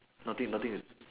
nothing nothing